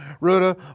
Ruta